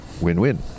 Win-win